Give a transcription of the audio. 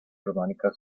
románica